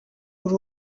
uri